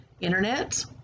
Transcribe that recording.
internet